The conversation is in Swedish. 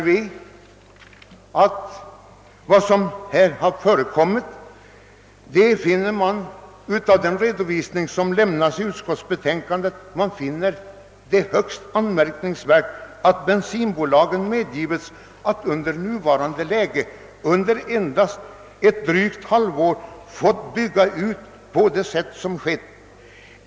Vi finner det högst anmärkningsvärt att bensinbolagen medgivits att i nuvarande läge under endast ett drygt halvår bygga ut på sätt som skett.